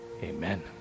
Amen